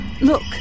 Look